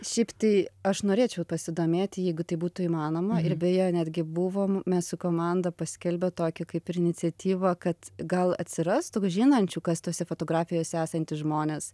šiaip tai aš norėčiau pasidomėti jeigu tai būtų įmanoma ir beje netgi buvom mes su komanda paskelbę tokią kaip ir iniciatyvą kad gal atsirastų žinančių kas tose fotografijose esantys žmonės